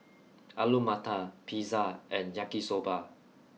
Alu Matar Pizza and Yaki soba